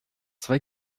zwei